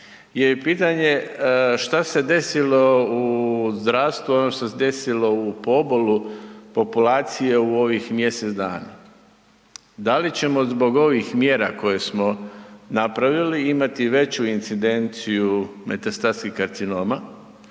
je i pitanje što se desilo u zdravstvu, ono što se desilo u pobolu populacije u ovih mjesec dana. Da li ćemo zbog ovih mjera koje smo napravili imati veću incidenciju metastatskih karcinoma,